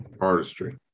artistry